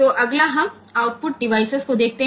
तो अगला हम आउटपुट डिवाइस को देखते हैं